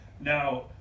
Now